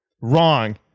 Wrong